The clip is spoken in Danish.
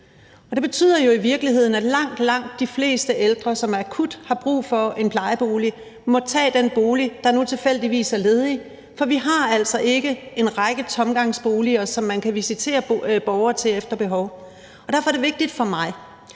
at langt, langt de fleste ældre, som akut har brug for en plejebolig, må tage den bolig, der nu tilfældigvis er ledig, for vi har altså ikke en række tomgangsboliger, som man kan visitere borgere til efter behov. Derfor er det vigtigt for mig,